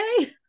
okay